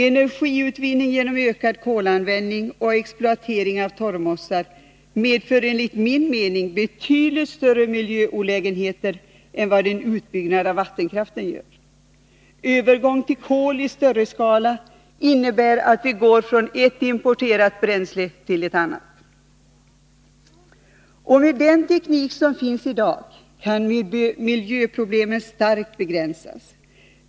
Energiutvinning genom ökad kolanvändning och exploatering av torvmossar medför enligt min mening betydligt större miljöolägenheter än vad en utbyggnad av vattenkraften gör. Övergång till koli större skala innebär att vi går från ett importerat bränsle till ett annat. Med den teknik som finns i dag kan miljöproblemen kraftigt begränsas.